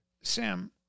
Sam